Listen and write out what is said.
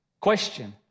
Question